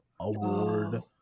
Award